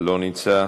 לא נמצא,